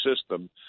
system